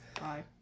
hi